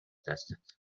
دست